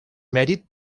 mèrit